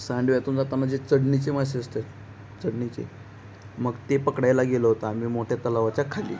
सांडव्यातून जाताना जे चढणीचे मासे असतात चढणीचे मग ते पकडायला गेलो होतो आम्ही मोठ्या तलावाच्या खाली